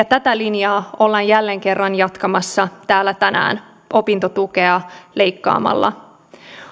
tätä linjaa ollaan jälleen kerran jatkamassa täällä tänään opintotukea leikkaamalla